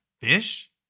fish